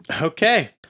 Okay